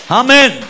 amen